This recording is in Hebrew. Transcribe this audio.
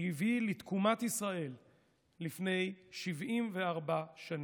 שהביא לתקומת ישראל לפני 74 שנים.